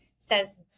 says